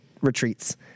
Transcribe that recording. retreats